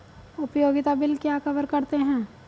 उपयोगिता बिल क्या कवर करते हैं?